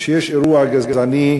כשיש אירוע גזעני,